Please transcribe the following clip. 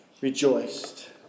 rejoiced